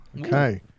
Okay